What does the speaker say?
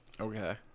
Okay